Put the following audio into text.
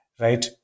right